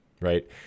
right